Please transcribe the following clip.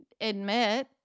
admit